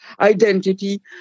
identity